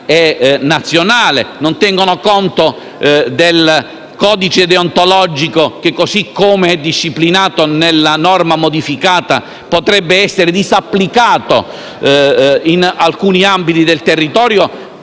Non tengono conto del codice deontologico che, così come disciplinato nella norma modificata, potrebbe essere disapplicato in alcuni ambiti del territorio,